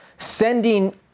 sending